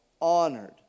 honored